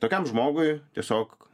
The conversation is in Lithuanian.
tokiam žmogui tiesiog